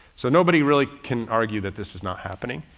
so nobody really can argue that this is not happening.